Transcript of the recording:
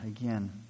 again